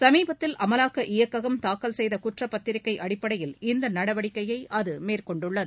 சமீபத்தில் அமலாக்க இயக்ககம் தாக்கல் செய்த குற்றப்பத்திரிகை அடிப்படையில் இந்த நடவடிக்கையை அது மேற்கொண்டுள்ளது